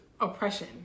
oppression